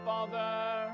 Father